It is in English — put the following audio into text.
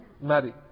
marry